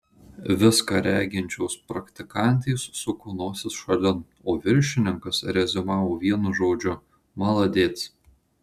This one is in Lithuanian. viską reginčios praktikantės suko nosis šalin o viršininkas reziumavo vienu žodžiu maladec